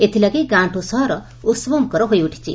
ଏଥିଲାଗି ଗାଁଠୁ ସହର ଉହବମୁଖର ହୋଇଉଠିଛି